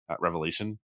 revelation